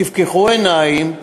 תפקחו עיניים,